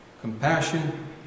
compassion